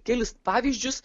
kelis pavyzdžius